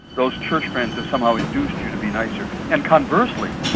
those church friends have somehow induced you to be nicer. and conversely,